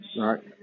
Right